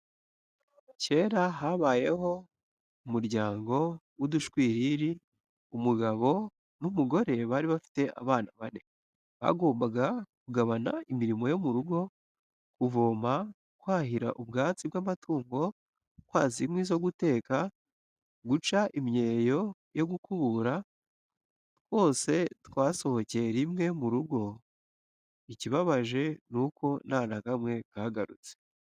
Kera habayeho umuryango w'udushwiriri, umugabo n'umugore bari bafite abana bane, bagombaga kugabana imirimo yo mu rugo, kuvoma, kwahira ubwatsi bw'amatungo, kwasa inkwi zo guteka, guca imyeyo yo gukubura, twose twasohokeye rimwe mu rugo, ikibabaje nuko nta na kamwe kagarutse.